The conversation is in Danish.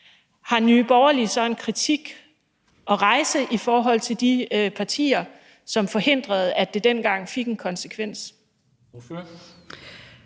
har Nye Borgerlige så en kritik at rejse af de partier, som forhindrede, at det dengang fik en konsekvens?